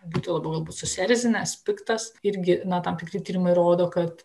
būti labiau galbūt susierzinęs piktas irgi na tam tikri tyrimai rodo kad